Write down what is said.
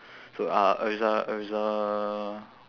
so uh erza erza